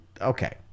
Okay